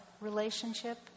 relationship